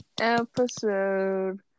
episode